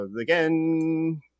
again